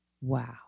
wow